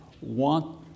want